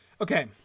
Okay